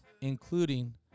including